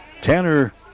Tanner